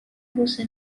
você